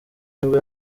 nibwo